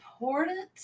important